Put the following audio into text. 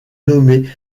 nommé